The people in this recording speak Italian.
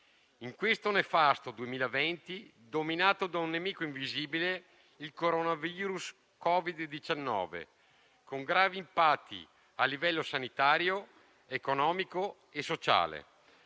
in questo nefasto 2020, dominato da un nemico invisibile, il coronavirus o Covid-19, con gravi impatti, a livello sanitario, economico e sociale.